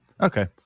okay